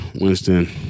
Winston